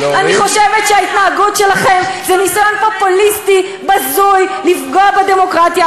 אני חושבת שההתנהגות שלכם זה ניסיון פופוליסטי בזוי לפגוע בדמוקרטיה,